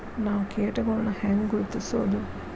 ನಾವ್ ಕೇಟಗೊಳ್ನ ಹ್ಯಾಂಗ್ ಗುರುತಿಸೋದು?